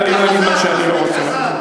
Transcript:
ואני לא אגיד מה שאני לא רוצה להגיד.